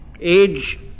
Age